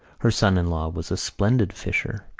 her son-in-law was a splendid fisher.